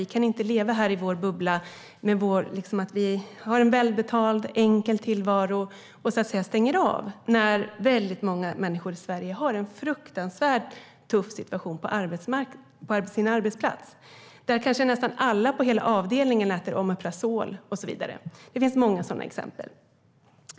Vi kan inte leva här i vår bubbla, välbetalda och i en enkel tillvaro, och sedan stänga av, när väldigt många människor i Sverige har en fruktansvärt tuff situation på sin arbetsplats, där kanske nästan alla på avdelningen äter Omeprazol. Det finns många sådana exempel.